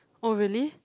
oh really